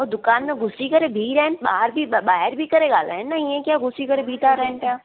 हू दुकान में घुसी करे बीही रहिया ॿार बि ॿाहिरि बीही करे ॻाल्हाइनि न ईअं कीअं घुसी करे बीही था रहनि पिया